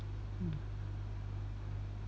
mm